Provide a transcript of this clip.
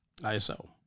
ISO